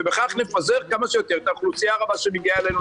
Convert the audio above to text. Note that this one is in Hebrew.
ובכך נפזר כמה שיותר את האוכלוסייה הרבה שמגיעה אלינו,